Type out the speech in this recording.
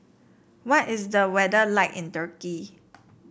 what is the weather like in Turkey